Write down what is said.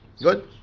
good